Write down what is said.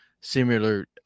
similar